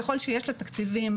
ככל שיש לה תקציבים,